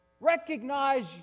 Recognize